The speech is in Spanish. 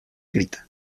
grita